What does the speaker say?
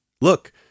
look